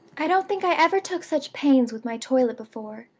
i don't think i ever took such pains with my toilet before.